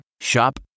Shop